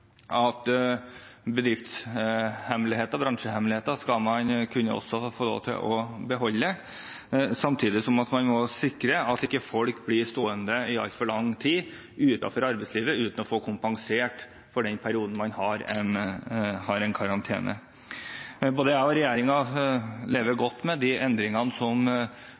at man også skal få lov til å beholde bedriftshemmeligheter og bransjehemmeligheter, samtidig som man må sikre at folk ikke blir stående i altfor lang tid utenfor arbeidslivet uten å få kompensert for den perioden man har en karantene. Både jeg og regjeringen lever godt med de endringene som